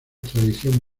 tradición